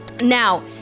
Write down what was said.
Now